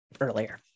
earlier